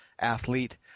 athlete